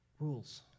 rules